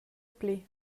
pli